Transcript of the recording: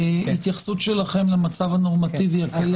התייחסות שלכם למצב הנורמטיבי הקיים.